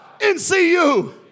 NCU